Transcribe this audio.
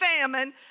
famine